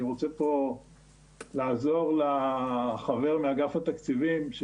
רוצה פה לעזור לחבר מאגף התקציבים,